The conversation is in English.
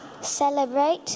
Celebrate